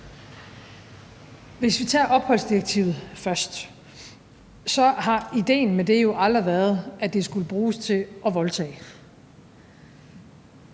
Hvis vi tager opholdsdirektivet først, har idéen med det jo aldrig været, at det skulle bruges til at voldtage,